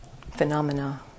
phenomena